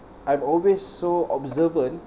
I'm always so observant